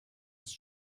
ist